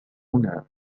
هنا